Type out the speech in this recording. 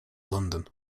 london